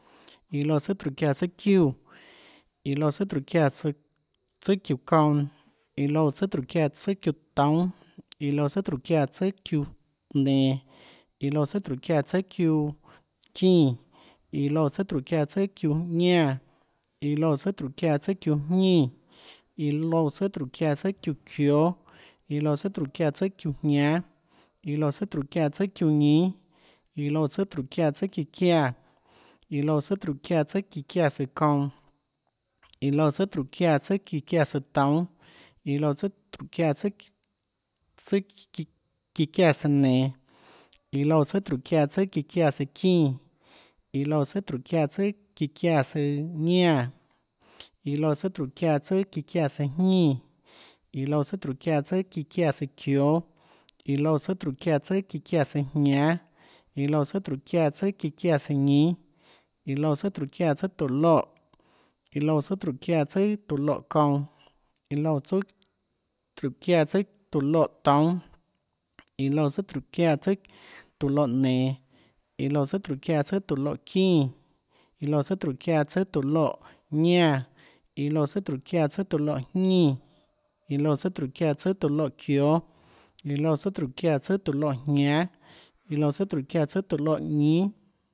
Iã loúã tsùà tróhå çiáã tsùâ çiúã, iã loúã tsùàtróhå çiáã tsùâ çiúã kounã. iã loúã tsùà tróhå çiáã tsùâ çiúã toúnâ. iã loúã tsùà tróhå çiáã tsùâ çiúã nenå. iã loúã tsùà tróhå çiáã tsùâ çiúã çínã, iã loúã tsùàtróhå çiáã tsùâ çiúã ñánã. iã loúã tsùà tróhå çiáã tsùâ çiúã jñínã. iã loúã tsùà tróhå çiáã tsùâ çiúã çióâ. iã loúã tsùà tróhå çiáã raâ tsùâ çiúãjñánâ, iã loúã tsùàtróhå çiáã tsùâ ñínâ. iã loúã tsùà tróhå çiáã tsùà çiã çiáã, iã loúã tsùàtróhå çiáã tsùâ çíã çiáã tsùâ kounã. iã loúã tsùàtróhå çiáã tsùâ çíã çiáã tsùâtoúnâ, iã loúã tsùàtróhå çiáã tsùâ çíã çiáã tsùâ nenå. iã loúã tsùàtróhå çiáã tsùâ çíã çiáã tsùâ çínã, iã loúã tsùàtróhå çiáã tsùâ çíã çiáã tsùâ ñánã. iã loúã raâ tsùàtróhå çiáã tsùâ çíã çiáã tsùâ jñínã. iã loúã tsùàtróhå çiáã tsùâ çíã çiáã tsùâ çióâ, iã loúã tsùàtróhå çiáã tsùâ çíã çiáã tsùâ jñánâ. iã loúã tsùàtróhå çiáã tsùâ çíã çiáã tsùâ ñínâ, iã loúã tróhå çiáã tsùà tóå loè. iã loúã tsùàtróhå çiáã tsùâ tóå loè kounã, iã loúã tsùàtróhå çiáã tsùâ tóå loètoúnâ. iã loúã tsùàtróhå çiáã tsùâ tóå loè nenå. iã loúã tsùàtróhå çiáã tsùâ tóå loè çínã. iã loúã tsùàtróhå çiáã tsùâ tóå loè ñánã, iã loúã tsùàtróhå çiáã tsùâ tóå loèjñínã. iã loúã tsùàtróhå çiáã tsùâ tóå loè çióâ, iã loúã tsùàtróhå çiáã tsùâ tóå loèjñánâ, iã loúã tsùàtróhå çiáã tsùâ tóå loèñínâ,